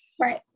Right